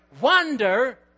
wonder